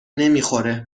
نمیخوره